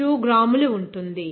962 గ్రాములు ఉంటుంది